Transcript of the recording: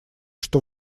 что